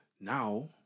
Now